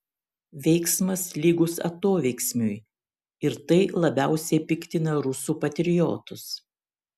veiksmas lygus atoveiksmiui ir tai labiausiai piktina rusų patriotus